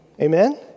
Amen